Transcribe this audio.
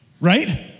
Right